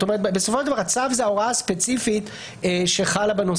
בסופו של דבר הצו זה ההוראה הספציפית שחלה בנושא הזה.